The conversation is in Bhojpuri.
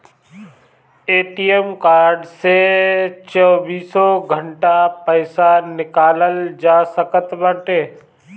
ए.टी.एम कार्ड से चौबीसों घंटा पईसा निकालल जा सकत बाटे